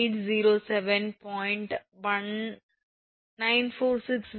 946 6